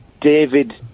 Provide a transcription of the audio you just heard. David